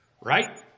right